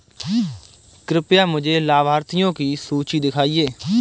कृपया मुझे लाभार्थियों की सूची दिखाइए